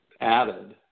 added